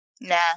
Nah